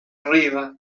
arriba